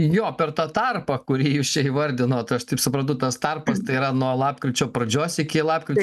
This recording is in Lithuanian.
jo per tą tarpą kurį jūs čia įvardinot aš taip suprantu tas tarpas tai yra nuo lapkričio pradžios iki lapkričio